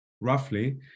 roughly